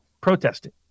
protesting